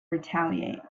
retaliate